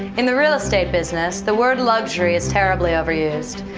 in the real estate business, the word luxury is terribly overused.